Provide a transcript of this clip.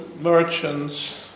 merchants